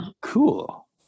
Cool